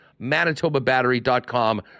manitobabattery.com